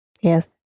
Yes